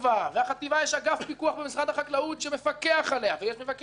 ויש אגף פיקוח במשרד החקלאות שמפקח עליה ומבקר המדינה